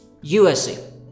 USA